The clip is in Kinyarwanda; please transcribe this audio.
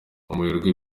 umuherwe